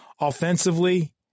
Offensively